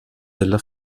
della